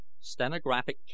stenographic